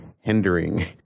hindering